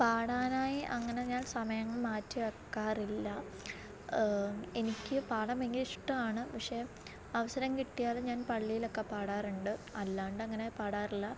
പാടാനായി അങ്ങനെ ഞാൻ സമയമൊന്നും മാറ്റിവയ്ക്കാറില്ല എനിക്ക് പാടാൻ ഭയങ്കര ഇഷ്ടമാണ് പക്ഷെ അവസരം കിട്ടിയാൽ ഞാൻ പള്ളിയിലൊക്കെ പാടാറുണ്ട് അല്ലാണ്ടങ്ങനെ പാടാറില്ല